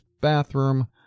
bathroom